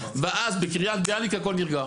ואז בקרית ביאליק הכול נרגע.